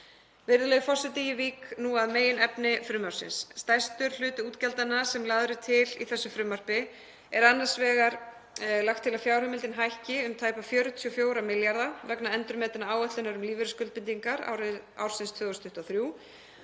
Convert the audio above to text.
Virðulegi forseti. Ég vík nú að meginefni frumvarpsins. Stærstur hluti útgjaldanna sem lagður er til í þessu frumvarpi er annars vegar sá að fjárheimildin hækki um tæpa 44 milljarða kr. vegna endurmetinnar áætlunar um lífeyrisskuldbindingar ársins 2023.